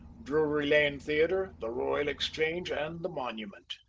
drury lane theatre, the royal exchange, and the monument.